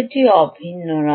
এটি অভিন্ন নয়